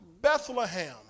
Bethlehem